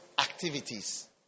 activities